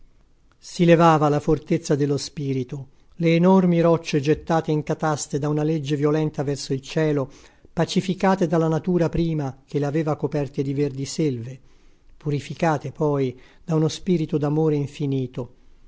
si levava la fortezza dello spirito le enormi rocce gettate in cataste da una legge violenta verso il cielo pacificate dalla natura prima che le aveva coperte di verdi selve purificate poi da uno spirito d'amore infinito